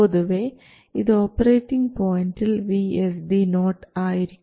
പൊതുവേ ഇത് ഓപ്പറേറ്റിങ് പോയിൻറിൽ VSD0 ആയിരിക്കും